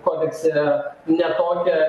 kodekse ne tokia